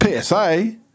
PSA